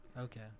Okay